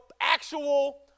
actual